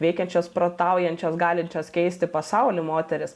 veikiančios protaujančios galinčios keisti pasaulį moterys